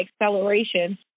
acceleration